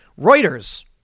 Reuters